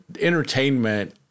entertainment